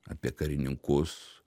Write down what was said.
apie karininkus